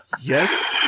Yes